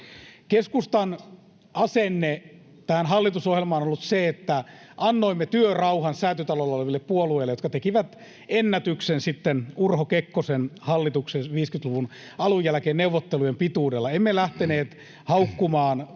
Keskustan asenne tähän hallitusohjelmaan on ollut se, että annoimme työrauhan Säätytalolla oleville puolueille, jotka tekivät ennätyksen sitten Urho Kekkosen hallituksen 50-luvun alun jälkeen neuvottelujen pituudella. Emme lähteneet haukkumaan